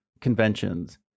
conventions